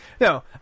No